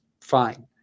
fine